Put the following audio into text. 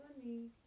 Money